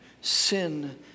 sin